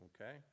okay